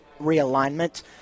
realignment